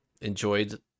enjoyed